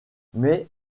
mais